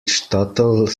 tuttle